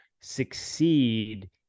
succeed